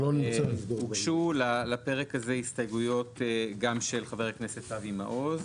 הוגשו לפרק הזה גם הסתייגויות של חבר הכנסת אבי מעוז,